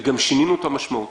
גם שינינו אותה משמעותית.